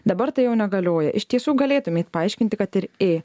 dabar tai jau negalioja iš tiesų galėtumėt paaiškinti kad ir ė